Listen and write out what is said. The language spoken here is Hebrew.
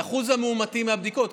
באחוז המאומתים בבדיקות,